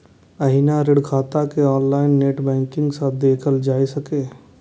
एहिना ऋण खाता कें ऑनलाइन नेट बैंकिंग सं देखल जा सकैए